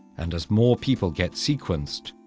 and as more people get sequenced,